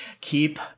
Keep